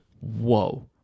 whoa